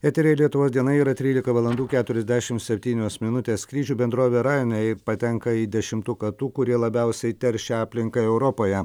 eteryje lietuvos diena yra trylika valandų keturiasdešim septynios minutės skrydžių bendrovė ryanair patenka į dešimtuką tų kurie labiausiai teršia aplinką europoje